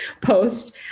post